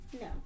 No